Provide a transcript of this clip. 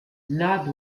nab